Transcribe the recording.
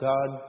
God